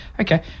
okay